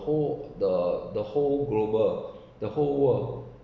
whole the the whole global the whole world